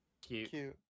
Cute